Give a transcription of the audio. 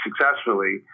successfully